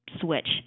switch